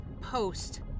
post